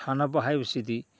ꯁꯥꯟꯅꯕ ꯍꯥꯏꯕꯁꯤꯗꯤ